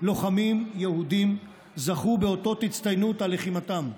לוחמים יהודים לוחמים יהודים זכו באותות הצטיינות על לחימתם.